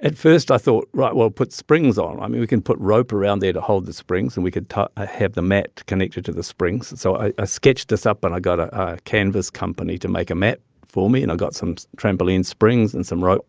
at first, i thought, right, well, put springs on. i mean, we can put rope around there to hold the springs, and we could ah have the mat connected the springs. and so i sketched this up, and i got a canvas company to make a mat for me. and i got some trampoline springs and some rope.